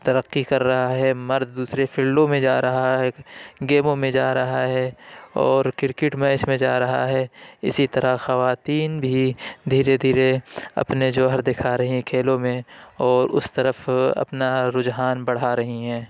ترقی کر رہا ہے مرد دوسری فیلڈوں میں جا رہا ہے گیموں میں جا رہا ہے اور کرکٹ میچ میں جا رہا ہے اسی طرح خواتین بھی دھیرے دھیرے اپنے جوہر دکھا رہی ہیں کھیلوں میں اور اس طرف اپنا رجحان بڑھا رہی ہیں